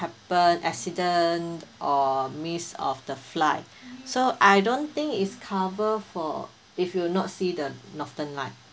happen accident or miss of the flight so I don't think is cover for if you not see the northern lights